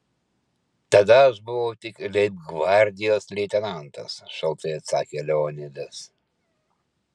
tada aš buvau tik leibgvardijos leitenantas šaltai atsakė leonidas